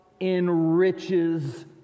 enriches